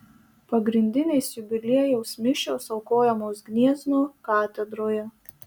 pagrindinės jubiliejaus mišios aukojamos gniezno katedroje